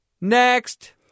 Next